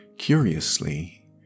Curiously